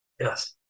yes